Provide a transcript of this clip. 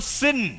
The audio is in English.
sin